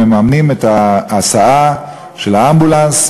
מממנת את ההסעה באמבולנס.